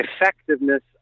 effectiveness